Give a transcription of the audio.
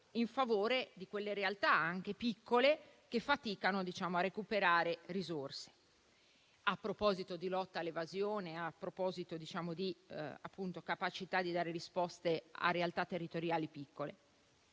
in favore di quelle realtà, anche piccole, che faticano a recuperare risorse, a proposito di lotta all'evasione e a proposito di capacità di dare risposte a realtà territoriali piccole.